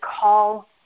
call